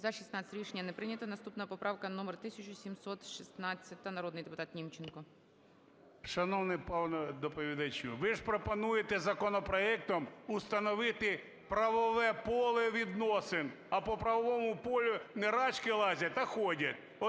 За-16 Рішення не прийнято. Наступна поправка номер 1716, народний депутат Німченко. 11:31:02 НІМЧЕНКО В.І. Шановний пане доповідачу, ви ж пропонуєте законопроектом установити правове поле відносин, а по правовому полю не рачки лазять, а ходять.